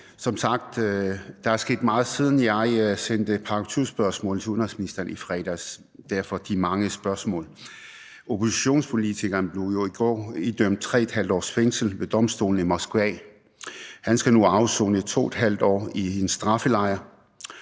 Som sagt er der sket meget, siden jeg sendte § 20-spørgsmål til udenrigsministeren i fredags – derfor de mange spørgsmål. Oppositionspolitikeren blev jo i går blev idømt 3½ års fængsel ved domstolen i Moskva, og han skal nu afsone 2½ år i en straffelejr.